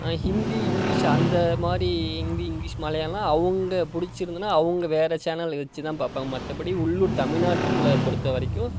Hindi English அந்த மாதிரி Hindi English மலையாளமெலாம் அவங்க பிடிச்சிருந்துதுனா அவங்க வேறு சேனல் வச்சுதான் பார்ப்பாங்க மற்றபடி உள்ளுர் தமிழ்நாட்டில் பொருத்தவரைக்கும்